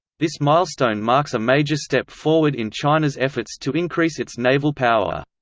this milestone marks a major step forward in china's efforts to increase its naval power.